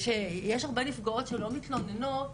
שיש הרבה נפגעות שלא מתלוננות,